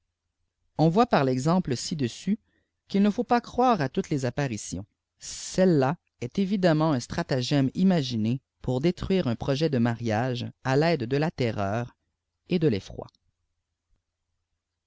on voit par l'exemple ci-dessus qu'il ne faut pas croire à toutes les apparitions celle-là est évidemment un stratagème imaginé pour détruire un projet de mariage à l'aide de la terreur et de l'effroi